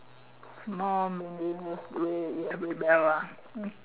mum really every bell